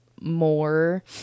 more